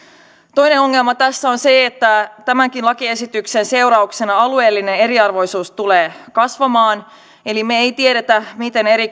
toinen ongelma tässä on se että tämänkin lakiesityksen seurauksena alueellinen eriarvoisuus tulee kasvamaan eli me emme tiedä miten eri